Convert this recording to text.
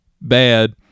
bad